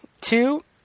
two